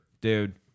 dude